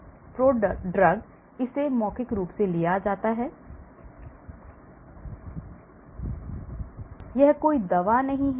prodrug इसे मौखिक रूप से लिया जाता है यह कोई दवा नहीं है